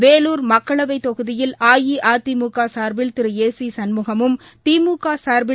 வேலூர் மக்களவைத் தொகுதியில் அஇஅதிமுகசா்பில் திரு ஏ சிசண்முகமும் திமுகசா்பில்